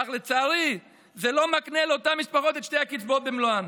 אך לצערי זה לא מקנה לאותן משפחות את שתי הקצבאות במלואן.